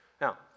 Now